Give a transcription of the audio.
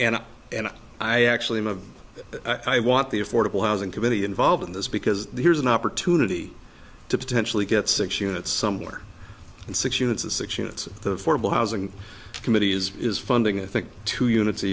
and and i actually mean i want the affordable housing committee involved in this because here's an opportunity to potentially get six units somewhere and six units of six units the housing committee is is funding i think two units a